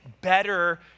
better